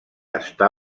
està